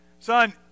Son